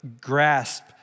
grasp